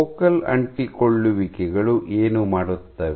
focal ಅಂಟಿಕೊಳ್ಳುವಿಕೆಗಳು ಏನು ಮಾಡುತ್ತವೆ